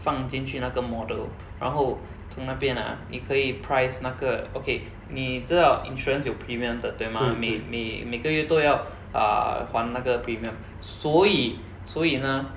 放进去那个 model 然后从那边 ah 你可以 price 那个 okay 你知道 insurance 有 premium 的对吗你每个月都要 err 还那个 premium 所以所以呢